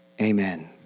amen